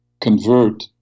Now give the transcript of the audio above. convert